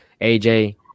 AJ